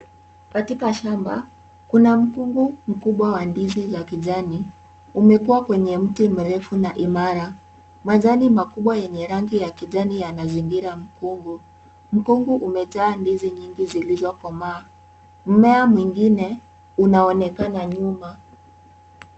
Katika shamba kuna mkungu mkubwa wa ndizi zaa kijani ,umekua kwenye mti mrefu na imara, majani makubwa yenye rangi ya kijani yamezingira mkungu, mkungu umejaa ndizi nyingi zilizokomaa, mmea mwingine unaonekana nyuma.